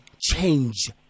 change